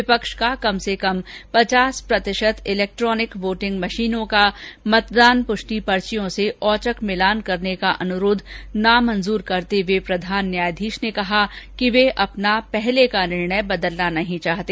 विपक्ष का कम से कम पचास प्रतिशत इलैक्ट्रॉनिक वोटिंग मशीनों का मतदान पुष्टि पर्चियों से औचक मिलान करने का अनुरोध नामंजूर करते हुए प्रधान न्यायाधीश ने कहा कि वह अपना पूर्व निर्णय बदलना नहीं चाहते